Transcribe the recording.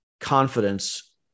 confidence